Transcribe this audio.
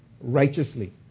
righteously